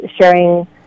sharing